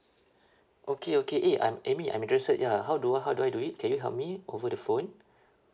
okay okay eh I'm amy interested ya how do I how do I do it can you help me over the phone